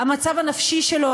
המצב הנפשי שלו,